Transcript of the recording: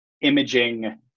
imaging